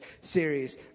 series